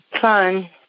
Fun